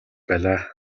байлаа